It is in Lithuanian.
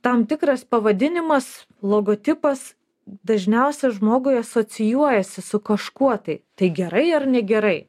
tam tikras pavadinimas logotipas dažniausia žmogui asocijuojasi su kažkuo tai tai gerai ar negerai